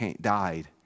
died